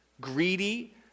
greedy